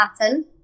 pattern